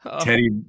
Teddy